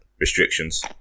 Restrictions